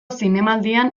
zinemaldian